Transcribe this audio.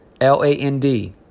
L-A-N-D